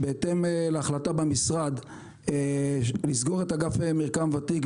בהתאם להחלטה במשרד לסגור את אגף מרקם ותיק,